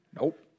Nope